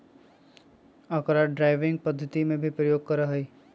अकरा ड्राइविंग पद्धति में भी प्रयोग करा हई